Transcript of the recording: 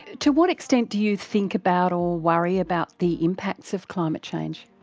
to what extent do you think about all worry about the impacts of climate change?